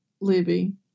Libby